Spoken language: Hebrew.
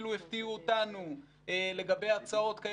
הפתיעו אפילו אותנו לגבי הצעות.